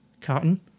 Cotton